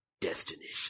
destination